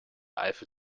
eiffel